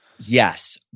Yes